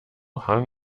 hung